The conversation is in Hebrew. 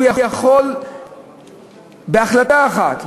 הוא יכול בהחלטה אחת,